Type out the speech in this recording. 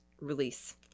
release